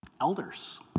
Elders